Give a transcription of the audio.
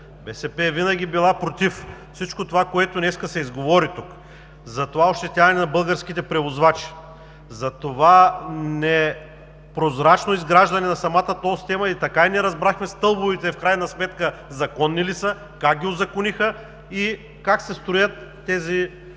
БСП винаги е била против всичко това, което днес се изговори тук – за това ощетяване на българските превозвачи, за това непрозрачно изграждане на самата тол система. Така и не разбрахме в крайна сметка: стълбовете законни ли са, как ги узакониха, как се строят тези